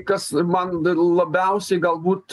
kas man labiausiai galbūt